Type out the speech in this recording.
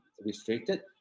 restricted